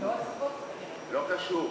לא קשור.